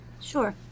Sure